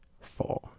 four